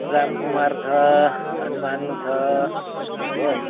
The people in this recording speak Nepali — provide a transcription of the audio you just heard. राम कुमार छ धनमान छ हो